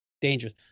dangerous